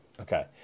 Okay